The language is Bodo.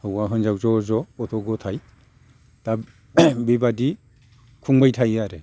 हौवा हिनजाव ज' ज' गथ' गथाय दा बिबादि खुंबाय थायो आरो